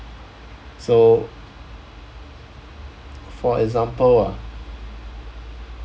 so for example ah